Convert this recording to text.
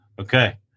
okay